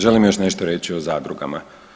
Želim još nešto reći o zadrugama.